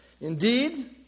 Indeed